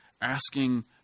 asking